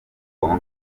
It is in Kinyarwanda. konka